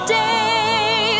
day